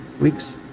week's